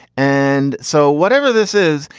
and so whatever this is,